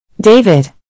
David